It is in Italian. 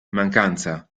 mancanza